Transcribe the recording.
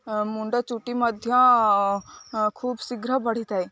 ମୁଣ୍ଡ ଚୁଟି ମଧ୍ୟ ଖୁବ ଶୀଘ୍ର ବଢ଼ିଥାଏ